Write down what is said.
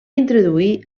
introduir